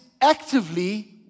actively